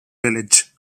village